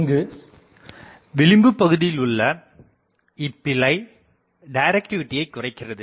இங்கு விளிம்புபகுதியில் உள்ள இப்பிழை டிரக்டிவிட்டியை குறைக்கிறது